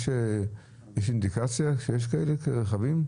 יש אינדיקציה שיש כאלה רכבים?